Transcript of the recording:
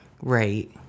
right